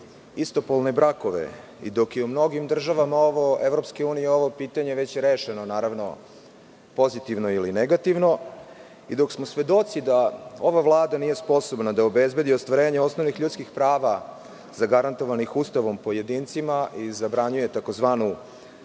istopolne brakove, dok je u mnogim državama EU ovo pitanje već rešeno, naravno, pozitivno ili negativno, dok smo svedoci da ova vlada nije sposobna da obezbedi ostvarenje osnovnih ljudskih prava zagarantovanih Ustavom pojedincima i zabranjuje tzv.